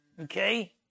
Okay